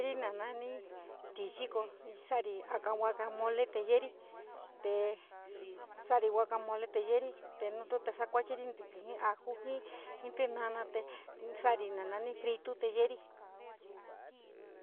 Tina nani, tixiko, sari a guakamole te yerí te sorri guokai mole te yeeri nouu to te sakuachiri ntikií jii aju, jii tínana te sa´ari nanani fritu te yeri.